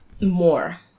more